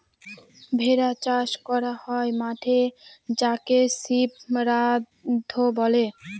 ভেড়া চাষ করা হয় মাঠে যাকে সিপ রাঞ্চ বলে